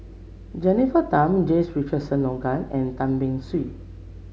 Jennifer Tham James Richardson Logan and Tan Beng Swee